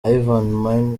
ivan